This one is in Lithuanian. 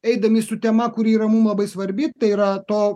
eidami su tema kuri yra mum labai svarbi tai yra to